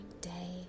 day